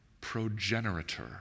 progenitor